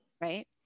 right